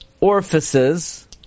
orifices